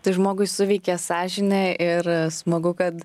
tai žmogui suveikė sąžinė ir smagu kad